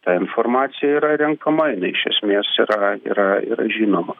ta informacija yra renkama jinai iš esmės yra yra yra žinoma